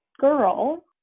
girl